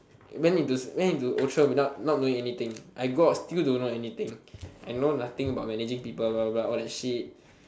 went into went into Outram without not knowing anything I go out still not knowing anything I know nothing about managing people blah blah blah all that shit